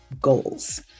goals